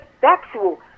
sexual